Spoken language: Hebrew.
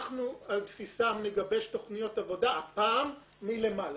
אנחנו על בסיסם נגבש תוכניות עבודה הפעם מלמעלה.